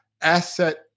asset